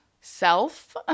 self